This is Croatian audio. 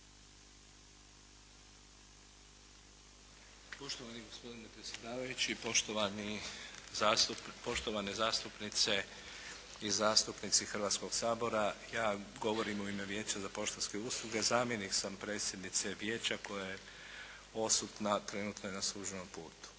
Poštovani gospodine predsjedavajući, poštovane zastupnice i zastupnici Hrvatskoga sabora. Ja govorim u ime Vijeća za poštanske usluge, zamjenik sam predsjednice Vijeća koja je odsutna, trenutno je na službenom putu.